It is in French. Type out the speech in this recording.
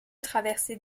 traversées